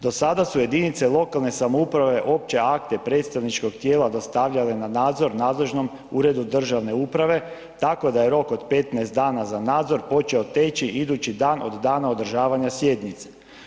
Do sada su jedinice lokalne samouprave opće akte predstavničkog tijela dostavljale na nadzor nadležnom uredu državne uprave, tako da je rok od 15 dana za nadzor počeo teći idući dan od dana održavanja sjednice.